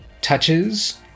touches